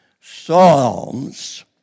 Psalms